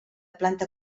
planta